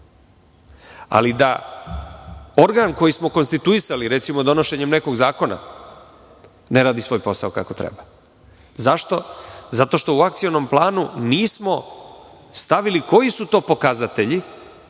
ali da organ koji smo konstituisali recimo donošenjem nekog zakona ne radi svoj posao kako treba. Zašto? Zato što u akcionom planu nismo stavili koji su to pokazatelji